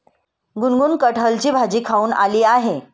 गुनगुन कठहलची भाजी खाऊन आली आहे